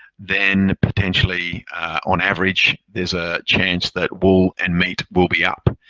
then potentially on average, there's a chance that wool and meat will be up.